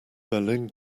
berlin